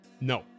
No